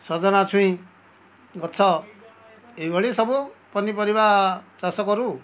ସଜନା ଛୁଇଁ ଗଛ ଏଇଭଳି ସବୁ ପନିପରିବା ଚାଷ କରୁ